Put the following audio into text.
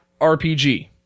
RPG